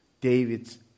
David's